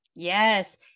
Yes